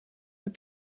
but